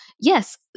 Yes